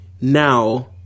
now